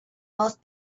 most